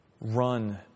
run